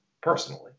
personally